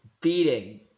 beating